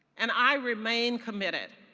and i remain committed